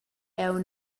aunc